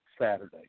Saturday